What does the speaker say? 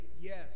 yes